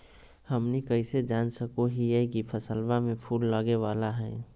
हमनी कइसे जान सको हीयइ की फसलबा में फूल लगे वाला हइ?